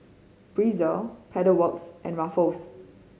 Breezer Pedal Works and Ruffles